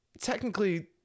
technically